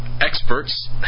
experts